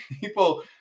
people